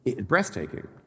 Breathtaking